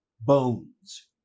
bones